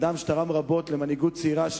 אדם שתרם רבות למנהיגות הצעירה.